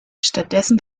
stattdessen